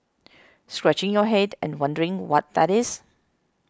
scratching your head and wondering what that is